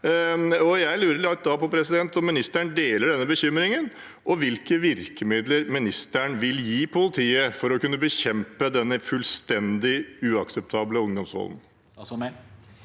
Jeg lurer på om ministeren deler denne bekymringen, og hvilke virkemidler hun vil gi politiet for å kunne bekjempe denne fullstendig uakseptable ungdomsvolden.